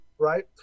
Right